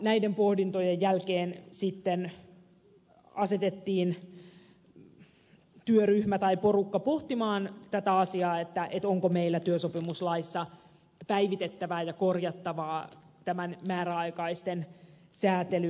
näiden pohdintojen jälkeen asetettiin työryhmä tai porukka pohtimaan tätä asiaa onko meillä työsopimuslaissa päivitettävää ja korjattavaa määräaikaisten sääntelyn osalta